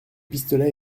pistolet